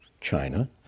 china